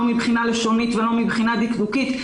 לא מבחינה לשונית ולא מבחינה דקדוקית.